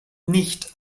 nicht